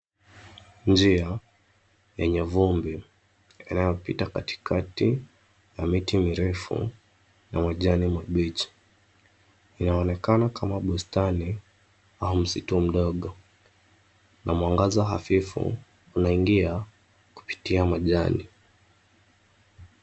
Njia yenye vumbi inayopita katikati ya miti mirefu na majani mabichi. Inaonekana kama bustani au msitu mdogo na mwangaza hafifu unaingia kupitia majani.